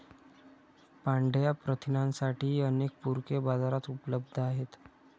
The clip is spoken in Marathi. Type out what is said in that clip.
पांढया प्रथिनांसाठीही अनेक पूरके बाजारात उपलब्ध आहेत